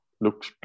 look